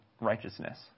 righteousness